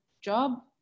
job